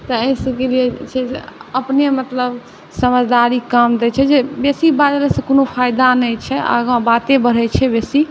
तऽ एहि सबकेलिए जे छै अपने मतलब समझदारी काम दै छै जे बेसी बाजलासँ कोनो फाइदा नहि छै आगाँ बाते बढ़ै छै बेसी